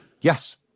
Yes